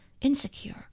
insecure